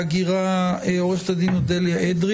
מרשות האוכלוסין וההגירה עורכת הדין אודליה אדרי